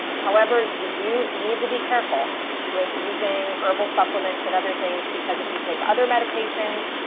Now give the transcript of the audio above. however, you do need to be careful with using herbal supplements and other things. because if you take other medications,